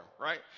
right